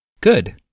Good